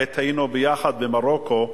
עת היינו יחד במרוקו,